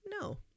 no